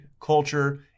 culture